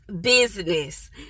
business